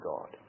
God